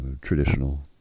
traditional